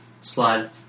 slide